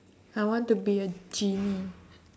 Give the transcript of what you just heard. I want to be a genie